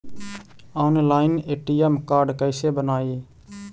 Online ATM card कैसे बनाई?